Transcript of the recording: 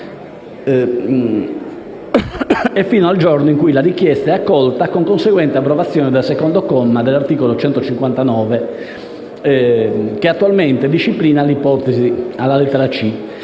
e fino al giorno in cui la richiesta è accolta con conseguente abrogazione del secondo comma dell'articolo 159 che attualmente disciplina tale ipotesi (alla lettera